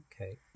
Okay